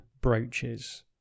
brooches